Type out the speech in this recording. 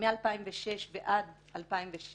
שמ-2006 ועד 2016